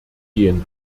gehen